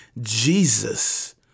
Jesus